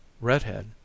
Redhead